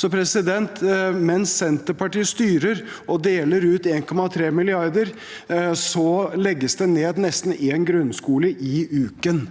mens Senterpartiet styrer, og deler ut 1,3 mrd. kr, legges det ned nesten en grunnskole i uken.